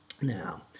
Now